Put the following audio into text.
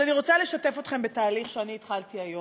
אבל אני רוצה לשתף אתכם בתהליך שאני התחלתי היום.